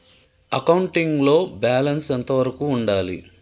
Accounting లో balance ఎంత వరకు ఉండాలి?